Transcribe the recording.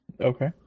Okay